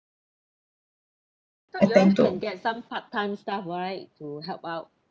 thought you all can get some part time staff right to help out